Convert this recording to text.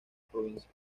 provincia